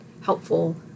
helpful